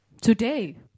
Today